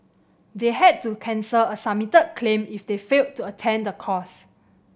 they had to cancel a submitted claim if they failed to attend the course